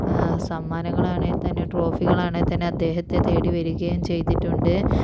സമ്മാനങ്ങളാണേൽ തന്നെ ട്രോഫികളാണെൽ തന്നെ അദ്ദേഹത്തെ തേടി വരികയും ചെയ്തിട്ടുണ്ട്